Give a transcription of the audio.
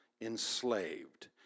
enslaved